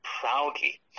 Proudly